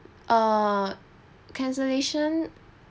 err cancellation